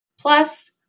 plus